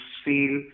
feel